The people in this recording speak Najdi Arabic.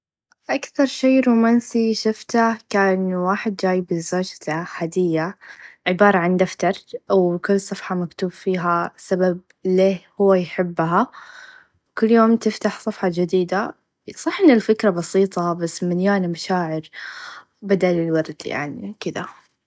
أكثر شئ رومانسي شفتاه كان واحد چايب لچوزته هديه عباره عن دفتر و كل صفحه مكتوب فيها سبب ليه هو يحبها كل يوم تفتح صافحه چديدت صح هى الفكره بسيطه بس مليانه مشاعر بدل الورد.